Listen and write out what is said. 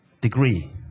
degree